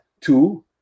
Two